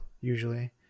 usually